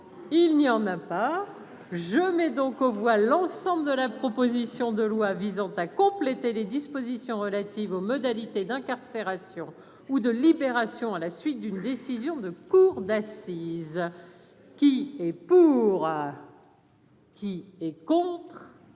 il n'y en a pas, je mets donc aux voix l'ensemble de la proposition de loi visant à compléter les dispositions relatives aux modalités d'incarcération ou de Libération à la suite d'une décision de cour d'assises qui est pour. Qui est contre.